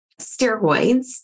steroids